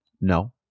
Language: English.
No